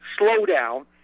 slowdown